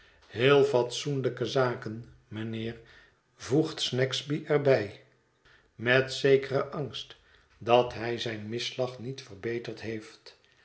heel fatsoenlijke zaken mijnlieer voegt snagsby er bij met zekeren angst dat hij zijn misslag niet verbeterd heeft